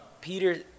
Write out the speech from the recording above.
Peter